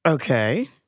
Okay